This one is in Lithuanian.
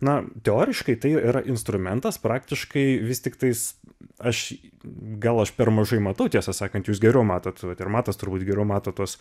na teoriškai tai yra instrumentas praktiškai vis tiktais aš gal aš per mažai matau tiesą sakant jūs geriau matot ir matas turbūt geriau mato tuos